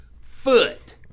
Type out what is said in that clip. foot